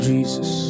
Jesus